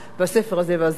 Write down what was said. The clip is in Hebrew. של הסופרת הזאת,